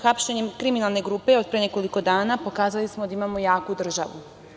Hapšenjem kriminalne grupe od pre nekoliko dana pokazali smo da imamo jaku državu.